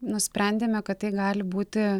nusprendėme kad tai gali būti